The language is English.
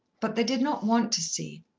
but they did not want to see.